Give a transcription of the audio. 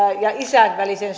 ja isän väliseen